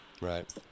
Right